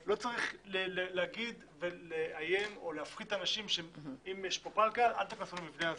לא צריך להפחיד אנשים שאם יש פה פלקל אל תכנסו למבנה הזה.